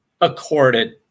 accorded